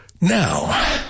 Now